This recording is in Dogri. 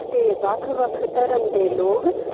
ते बक्ख बक्ख धर्म दे लोग